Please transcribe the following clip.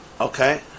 okay